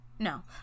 no